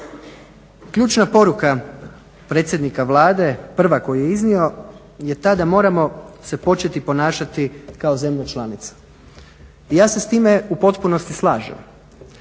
Ključna poruka predsjednika Vlade, prva koju je iznio je ta da moramo se početi ponašati kao zemlja članica i ja se s time u potpunosti slažem,